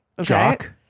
Jock